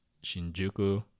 Shinjuku